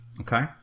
Okay